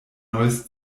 neues